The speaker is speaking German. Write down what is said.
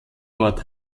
nord